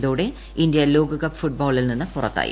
ഇതോടെ ഇന്ത്യ ലോകകപ്പ് ഫുട്ബോളിൽ നിന്ന് പുറത്തായി